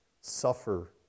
suffer